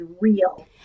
real